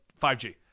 5G